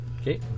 Okay